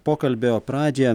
pokalbio pradžią